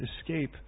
escape